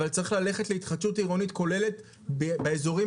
אבל צריך ללכת להתחדשות עירונית כוללת באזורים